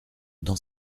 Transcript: dans